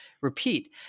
repeat